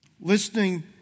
Listening